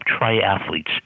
triathletes